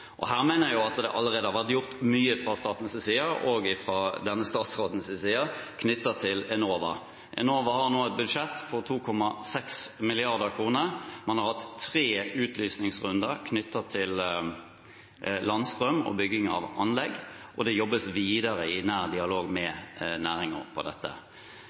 sektoren. Her mener jeg at det allerede har vært gjort mye fra statens side, også fra denne statsrådens side, knyttet til Enova. Enova har nå et budsjett på 2,6 mrd. kr, man har hatt tre utlysningsrunder knyttet til landstrøm og bygging av anlegg, og det jobbes videre i nær dialog med næringen med dette.